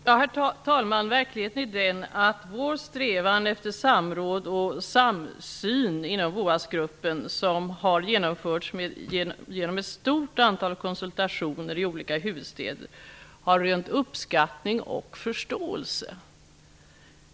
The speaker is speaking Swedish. Herr talman! Verkligheten är att vår strävan inom VOAS-gruppen efter samråd och samsyn, som har genomförts genom ett stort antal konsultationer i olika huvudstäder, har rönt uppskattning och förståelse.